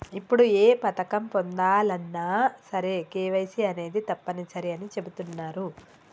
ఇప్పుడు ఏ పథకం పొందాలన్నా సరే కేవైసీ అనేది తప్పనిసరి అని చెబుతున్నరు